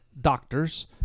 doctors